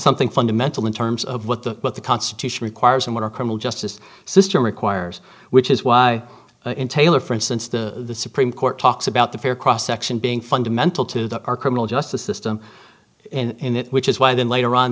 something fundamental in terms of what the what the constitution requires and what our criminal justice system requires which is why in taylor for instance the supreme court talks about the fair cross section being fundamental to our criminal justice system in which is why then later on